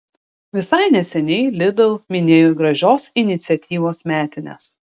visai neseniai lidl minėjo gražios iniciatyvos metines